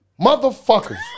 Motherfuckers